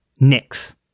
Nix